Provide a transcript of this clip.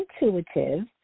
intuitive